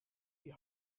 die